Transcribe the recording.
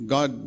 God